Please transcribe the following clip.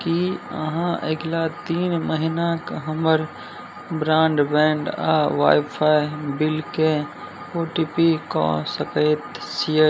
की अहाँ अगिला तीन महिनाक हमर ब्रॉडबैंड आओर वाइफाइ बिलके ओ टी पी कऽ सकैत छियै